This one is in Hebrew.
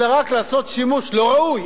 אלא רק לעשות שימוש לא ראוי,